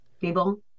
people